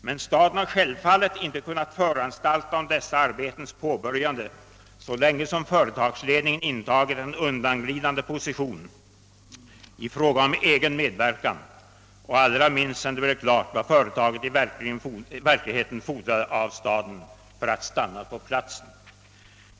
Men staden har självfallet inte kunnat föranstalta om dessa arbetens påbörjande så länge företagsledningen intagit en undanglidande position när det gällt egen medverkan och allra minst sedan det blev klart vad företaget i verkligheten fordrade av staden för att stanna på platsen.